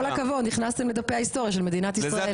כל הכבוד נכנסתם לדפי ההיסטוריה של מדינת ישראל.